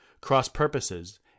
cross-purposes